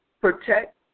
protect